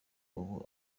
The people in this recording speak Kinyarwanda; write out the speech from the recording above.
ubu